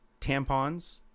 tampons